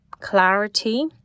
clarity